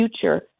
future